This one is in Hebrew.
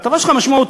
ההטבה שלך משמעותית.